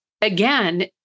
again